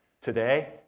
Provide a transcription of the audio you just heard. today